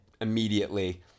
immediately